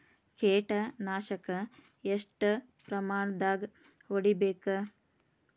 ಕೇಟ ನಾಶಕ ಎಷ್ಟ ಪ್ರಮಾಣದಾಗ್ ಹೊಡಿಬೇಕ?